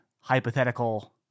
hypothetical